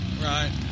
Right